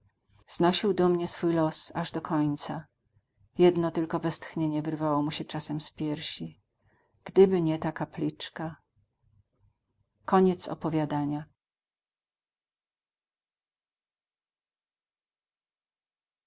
znosił dumnie swój los aż do końca jedno tylko westchnienie wyrywało się czasem z jego piersi gdyby nie ta kapliczka